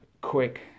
quick